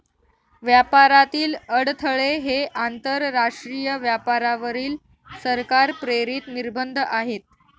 व्यापारातील अडथळे हे आंतरराष्ट्रीय व्यापारावरील सरकार प्रेरित निर्बंध आहेत